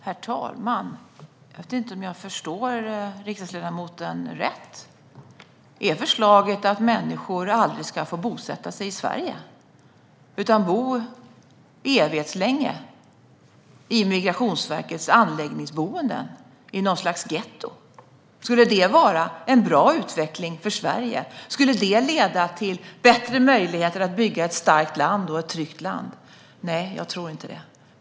Herr talman! Jag vet inte om jag förstår riksdagsledamoten rätt. Är förslaget att människor aldrig ska få bosätta sig i Sverige utan bo evighetslänge på Migrationsverkets anläggningsboenden, i något slags getto? Skulle det vara en bra utveckling för Sverige? Skulle det leda till bättre möjligheter att bygga ett starkt och tryggt land? Nej, jag tror inte det.